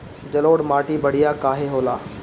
जलोड़ माटी बढ़िया काहे होला?